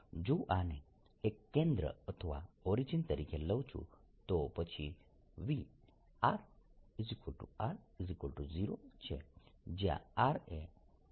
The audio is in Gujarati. જો હું આને કેન્દ્ર અથવા ઓરિજીન તરીકે લઉં છું તો પછી vrR0 છે જયાં R એ આ ગોળાની ત્રિજ્યા છે